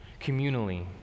communally